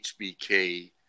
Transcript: HBK